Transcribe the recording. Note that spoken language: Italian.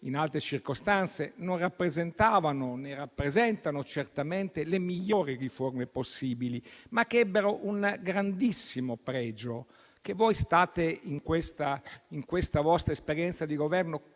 in altre circostanze - non rappresentavano, né rappresentano certamente le migliori riforme possibili, ma ebbero un grandissimo pregio che voi, con la vostra esperienza di Governo,